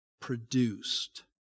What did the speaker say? produced